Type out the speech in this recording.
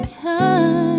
time